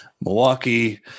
Milwaukee